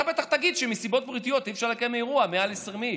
אתה בטח תגיד שמסיבות בריאותיות אי-אפשר לקיים אירוע של מעל 20 איש.